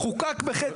מקודם בחטא.